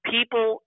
People